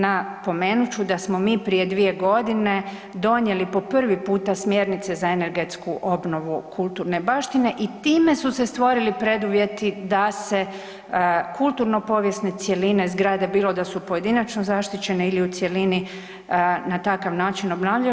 Napomenut ću da smo mi prije 2 godine donijeli po prvi puta smjernice za energetsku obnovu kulturne baštine i time su se stvorili preduvjeti da se kulturno povijesne cjeline zgrade, bilo da su pojedinačno zaštićene ili u cjelini na takav način obnavljaju.